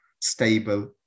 stable